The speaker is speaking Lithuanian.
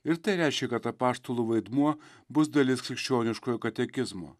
ir tai reiškia kad apaštalų vaidmuo bus dalis krikščioniškojo katekizmo